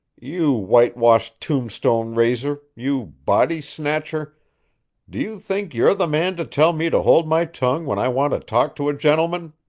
you white-washed tombstone raiser, you body-snatcher do you think you're the man to tell me to hold my tongue when i want to talk to a gentleman?